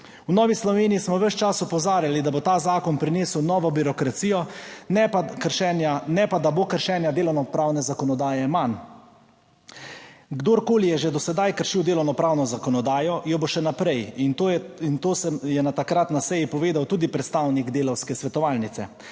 V Novi Sloveniji smo ves čas opozarjali, da bo ta zakon prinesel novo birokracijo, ne pa da bo kršenja delovnopravne zakonodaje manj. Kdorkoli je že do sedaj kršil delovnopravno zakonodajo jo bo še naprej. In to je in to se je takrat na seji povedal tudi predstavnik Delavske svetovalnice.